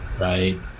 right